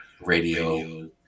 radio